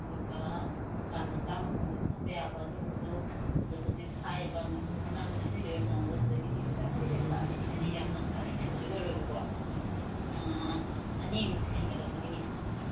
ꯑꯗꯨꯒ ꯗꯨꯀꯥꯟ ꯃꯆꯥ ꯑꯃ ꯐꯝꯂꯁꯨ ꯐꯝꯕ ꯌꯥꯕ ꯑꯗꯨꯒꯨꯝꯕꯗꯣ ꯑꯗꯨ ꯍꯧꯖꯤꯛ ꯍꯥꯏꯔꯤꯕ ꯃꯃꯥꯡꯗ ꯍꯥꯏꯖꯈꯤꯕ ꯃꯃꯜꯗꯣ ꯑꯗꯨꯗꯒꯤꯗꯤ ꯈꯤꯇꯪꯗꯤ ꯍꯦꯜꯂꯛꯂꯅꯤ ꯍꯥꯏꯕꯗꯤ ꯌꯥꯝꯅ ꯀꯟꯅ ꯍꯦꯟꯕꯗꯤ ꯑꯣꯏꯔꯣꯏꯌꯦꯕꯀꯣ ꯑꯥ ꯑꯅꯤꯃꯨꯛ ꯍꯦꯟꯒꯠꯂꯛꯀꯅꯤ